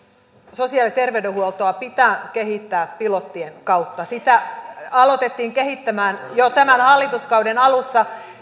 sosiaali ja terveydenhuoltoa pitää kehittää pilottien kautta sitä aloitettiin kehittämään jo tämän hallituskauden alussa